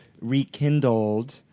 rekindled